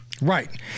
Right